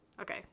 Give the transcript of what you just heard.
Okay